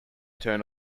turn